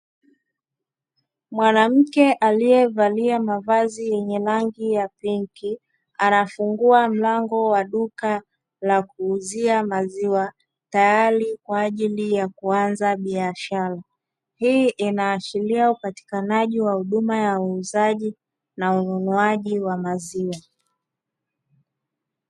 Mwanamke aliyevalia mavazi yenye rangi ya pinki anafungua mlango wa duka la kuuzia maziwa, tayari kwa ajili ya kuanza biashara. Hii inaashiria upatikanaji wa huduma ya uuzaji na ununuaji wa maziwa.